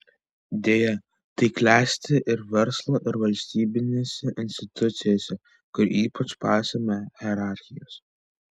deja tai klesti ir verslo ir valstybinėse institucijose kur ypač paisoma hierarchijos